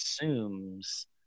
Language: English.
assumes